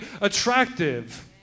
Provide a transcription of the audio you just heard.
attractive